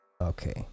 Okay